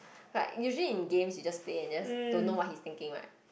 like usually in games you just play and just don't know what he's thinking right